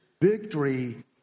victory